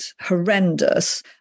horrendous